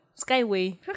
Skyway